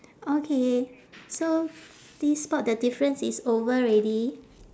okay so this spot the difference is over already